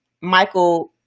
Michael